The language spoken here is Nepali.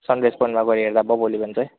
सन्देस बनमा गएर हेर्दा भयो भोलि बिहान चाहिँ